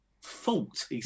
fault